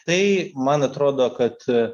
tai man atrodo kad